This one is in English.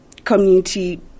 Community